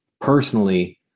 personally